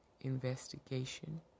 investigation